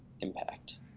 impact